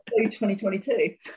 2022